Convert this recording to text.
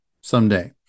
someday